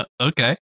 Okay